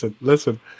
listen